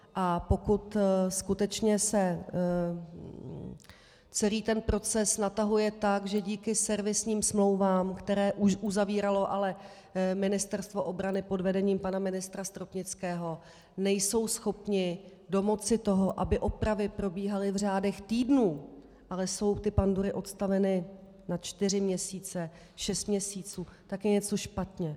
A pokud skutečně se celý ten proces natahuje tak, že díky servisním smlouvám, které už uzavíralo ale Ministerstvo obrany pod vedením pana ministra Stropnického, se nejsou schopni domoci toho, aby opravy probíhaly v řádech týdnů, ale jsou ty pandury odstaveny na čtyři měsíce, šest měsíců, tak je něco špatně.